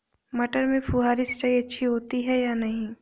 मटर में फुहरी सिंचाई अच्छी होती है या नहीं?